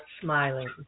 smiling